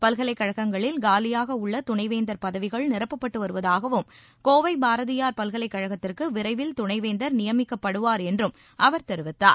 பல்கலைக்கழகங்களில் காலியாக உள்ள துணைவேந்தர் பதவிகள் நிரப்பப்பட்டு வருவதாகவும் கோவை பாரதியார் பல்கலைக்கழகத்திற்கு விரைவில் துணைவேந்தர் நியமிக்கப்படுவார் என்றும் அவர் தெரிவித்தார்